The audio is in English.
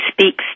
speaks